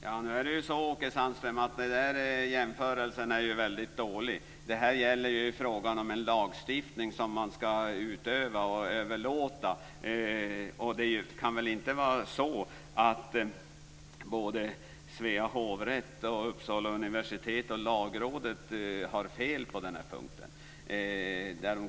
Fru talman! Nu är det så, Åke Sandström, att den där jämförelsen är väldigt dålig. Det är fråga om en lagstiftning som man ska utöva som man överlåter. Det kan väl inte vara så att såväl Svea hovrätt och Uppsala universitet som Lagrådet har fel på den här punkten? De uttalar